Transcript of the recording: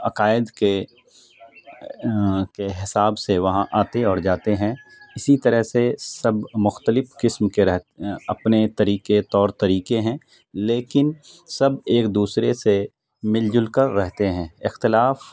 عقائد کے کے حساب سے وہاں آتے اور جاتے ہیں اسی طرح سے سب مختلف قسم کے رہ اپنے طریقے طور طریقے ہیں لیکن سب ایک دوسرے سے مل جل کر رہتے ہیں اختلاف